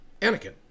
Anakin